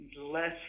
less